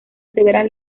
severas